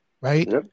right